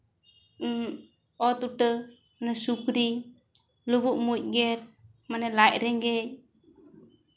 ᱚᱛ ᱩᱴᱟᱹ ᱢᱟᱱᱮ ᱥᱩᱠᱨᱤ ᱞᱩᱵᱩᱜ ᱢᱩᱪ ᱜᱮᱨ ᱢᱟᱱᱮ ᱞᱟᱡ ᱨᱮᱸᱜᱮᱡᱽ